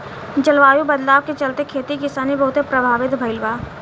जलवायु बदलाव के चलते, खेती किसानी बहुते प्रभावित भईल बा